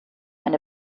eine